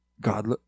god